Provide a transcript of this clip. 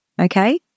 okay